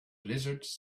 lizards